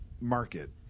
market